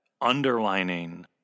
underlining